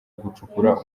gucukura